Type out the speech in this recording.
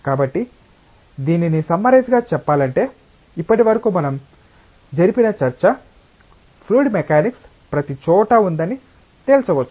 కాబట్టి దీనిని సమ్మారైజ్ గా చెప్పాలంటే ఇప్పటివరకు మనం జరిపిన చర్చ ఫ్లూయిడ్ మెకానిక్స్ ప్రతిచోటా ఉందని తేల్చవచ్చు